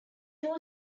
two